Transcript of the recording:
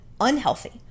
unhealthy